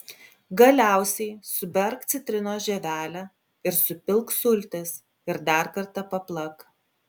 galiausiai suberk citrinos žievelę ir supilk sultis ir dar kartą paplak